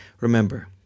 Remember